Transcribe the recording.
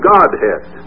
Godhead